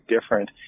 different